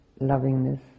lovingness